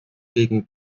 gegen